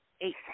eight